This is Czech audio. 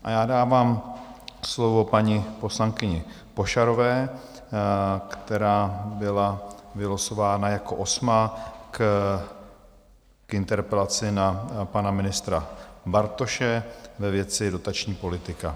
A já dávám slovo paní poslankyni Pošarové, která byla vylosována jako osmá k interpelaci na pana ministra Bartoše ve věci dotační politiky.